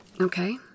Okay